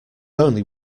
only